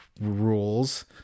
rules